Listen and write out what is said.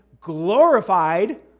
glorified